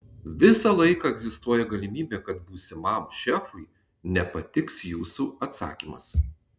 visą laiką egzistuoja galimybė kad būsimam šefui nepatiks jūsų atsakymas